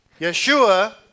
Yeshua